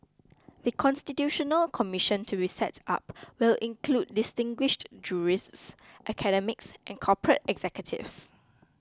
The Constitutional Commission to reset up will include distinguished jurists academics and corporate executives